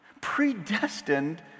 predestined